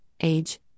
age